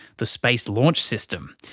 the space launch system,